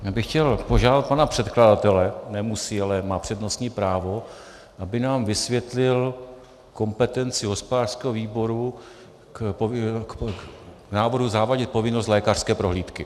Já bych chtěl požádat pana předkladatele nemusí, ale má přednostní právo , aby nám vysvětlil kompetenci hospodářského výboru k návrhu zavádět povinnost lékařské prohlídky.